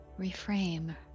reframe